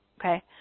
Okay